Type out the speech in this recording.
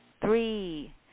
three